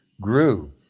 grew